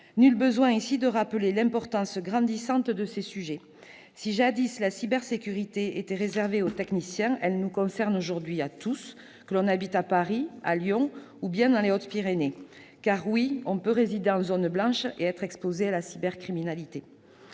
Nul besoin ici de rappeler l'importance grandissante de ces sujets. Si, jadis, la cybersécurité était réservée aux techniciens, elle nous concerne aujourd'hui tous, que l'on habite à Paris, à Lyon ou bien dans les Hautes-Pyrénées- oui, on peut résider en zone blanche et être exposé à la cybercriminalité